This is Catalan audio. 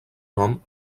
nom